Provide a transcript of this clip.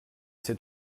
c’est